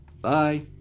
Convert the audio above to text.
bye